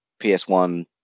PS1